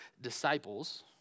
disciples